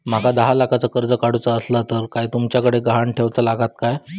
माका दहा लाखाचा कर्ज काढूचा असला तर काय तुमच्याकडे ग्हाण ठेवूचा लागात काय?